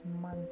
month